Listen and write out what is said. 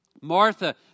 Martha